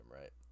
right